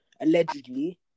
Allegedly